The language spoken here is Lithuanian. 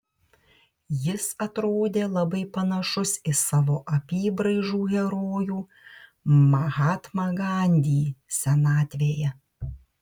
jis atrodė labai panašus į savo apybraižų herojų mahatmą gandį senatvėje